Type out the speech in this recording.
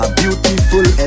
beautiful